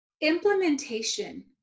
implementation